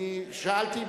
אני שאלתי,